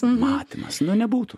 matymas na nebūtų